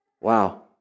Wow